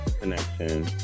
connection